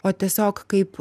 o tiesiog kaip